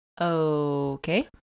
Okay